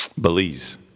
Belize